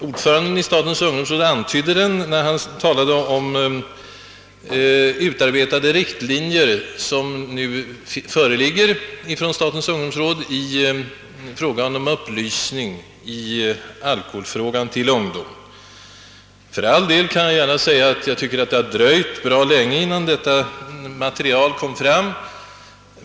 Ordföranden i statens ungdomsråd herr Carlstein antydde detta när han talade om utarbetade riktlinjer som nu föreligger i fråga om upplysning i alkoholfrågan till ungdom. Det har för all del dröjt bra länge innan detta material presenterats.